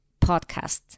podcast